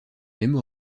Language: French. même